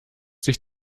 sich